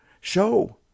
show